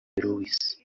luís